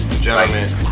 Gentlemen